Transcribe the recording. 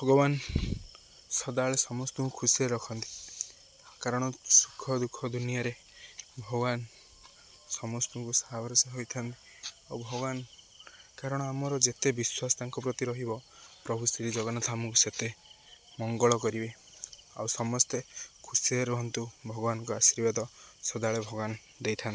ଭଗବାନ ସଦାବେଳେ ସମସ୍ତଙ୍କୁ ଖୁସିରେ ରଖନ୍ତି କାରଣ ସୁଖ ଦୁଃଖ ଦୁନିଆରେ ଭଗବାନ ସମସ୍ତଙ୍କୁ ସାହା ଭରଷା ହୋଇଥାନ୍ତି ଆଉ ଭଗବାନ କାରଣ ଆମର ଯେତେ ବିଶ୍ଵାସ ତାଙ୍କ ପ୍ରତି ରହିବ ପ୍ରଭୁ ଶ୍ରୀ ଜଗନ୍ନାଥ ଆମକୁ ସେତେ ମଙ୍ଗଳ କରିବେ ଆଉ ସମସ୍ତେ ଖୁସିରେ ରୁହନ୍ତୁ ଭଗବାନଙ୍କୁ ଆଶୀର୍ବାଦ ସଦାବେଳେ ଭଗବାନ ଦେଇଥାନ୍ତି